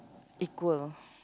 equal